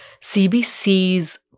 CBC's